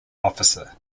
officer